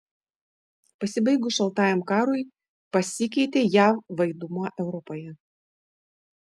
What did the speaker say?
pasibaigus šaltajam karui pasikeitė jav vaidmuo europoje